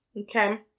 Okay